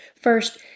First